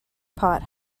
pot